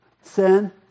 Sin